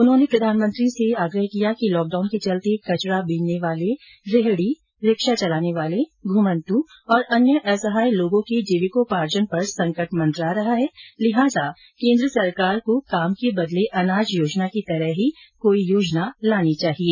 उन्होंने प्रधानमंत्री से आग्रह किया है कि लॉकडाउन के चलते कचरा बीनने वाले रेहड़ी रिक्शा चलाने वाले घुमंतु और अन्य असहाय लोगों के जीविकोपार्जन पर संकट मंडरा रहा है लिहाजा केंद्र सरकार को काम के बदले अनाज योजना की तरह अन्य योजना लानी चाहिए